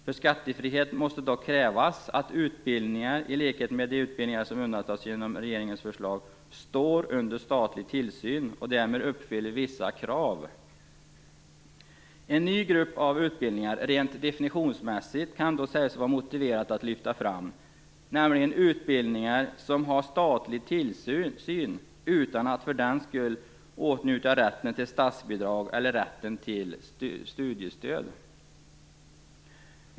För skattefrihet måste dock krävas att dessa utbildningar, i likhet med de utbildningar som undantas genom regeringens förslag, står under statlig tillsyn och därmed uppfyller vissa krav. Det kan då rent definitionsmässigt sägas vara motiverat att lyfta fram en ny grupp av utbildningar, nämligen utbildningar som har statlig tillsyn utan att för den skull åtnjuta rätt till statsbidrag eller rätt till studiestöd.